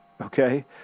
okay